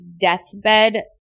deathbed